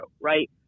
right